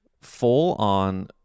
full-on